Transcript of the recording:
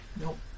Nope